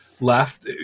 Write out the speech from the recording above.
left